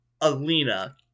Alina